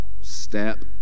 Step